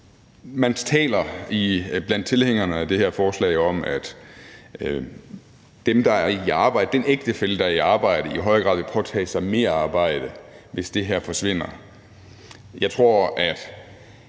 Man taler blandt tilhængerne af det her forslag om, at den ægtefælle, der er i arbejde, i højere grad vil påtage sig mere arbejde, hvis det her forsvinder. Jeg tror, at